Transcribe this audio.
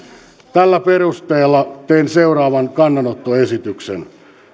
tällä perusteella teen seuraavan kannanottoesityksen